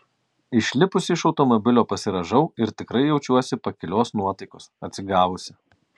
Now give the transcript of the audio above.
išlipusi iš automobilio pasirąžau ir tikrai jaučiuosi pakilios nuotaikos atsigavusi